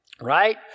right